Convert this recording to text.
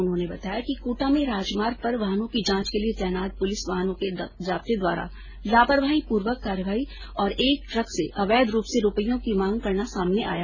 उन्होंने बताया कि कोटा में राजमार्ग पर वाहनों की जांच के लिये तैनात पुलिस वाहन के जाप्ते द्वारा लापरवाही पूर्वक कार्रवाई और एक ट्रक से अवैध रूप से रुपयों की माँग करना सामने आया